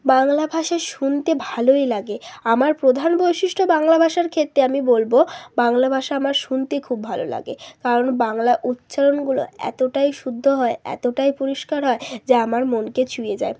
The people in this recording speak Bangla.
বাংলা ভাষা শুনতে ভালোই লাগে আমার প্রধান বৈশিষ্ট্য বাংলা ভাষার ক্ষেত্রে আমি বলবো বাংলা ভাষা আমার শুনতে খুব ভালো লাগে কারণ বাংলা উচ্চারণগুলো এতোটাই শুদ্ধ হয় এতোটাই পরিষ্কার হয় যে আমার মনকে ছুঁয়ে যায়